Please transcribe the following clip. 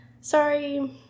Sorry